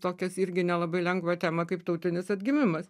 tokias irgi nelabai lengvą temą kaip tautinis atgimimas